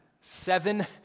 Seven